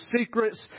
secrets